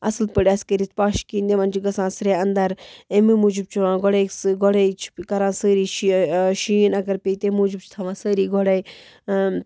اَصٕل پٲٹھۍ آسہِ کٔرِتھ پَش کِہیٖنۍ تِمَن چھُ گژھان سرٛیٚح اَندَر اَمی موٗجوٗب چھُ یِوان گۄڈَے سہٕ گۄڈَے چھِ کَران سٲری شِیَہ شیٖن اَگر پیٚیہِ تَمہِ موٗجوٗب چھِ تھاوان سٲری گۄڈَے